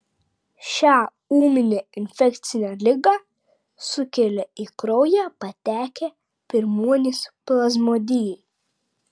šią ūminę infekcinę ligą sukelia į kraują patekę pirmuonys plazmodijai